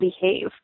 behave